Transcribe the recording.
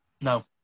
No